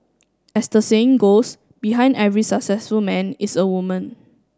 as the saying goes behind every successful man is a woman